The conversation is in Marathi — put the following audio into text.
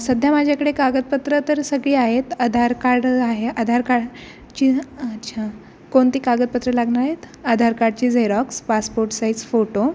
सध्या माझ्याकडे कागदपत्रं तर सगळी आहेत आधार कार्ड आहे आधार कार्ड ची अच्छा कोणती कागदपत्रं लागणार आहेत आधार कार्डची झेरोक्स ़ पासपोर्ट साईज फोटो